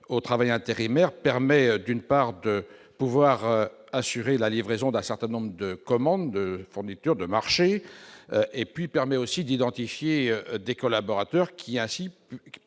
au travail intérimaire permet d'une part de pouvoir assurer la livraison d'un certain nombre de commandes de fournitures de marché et puis permet aussi d'identifier des collaborateurs qui a ainsi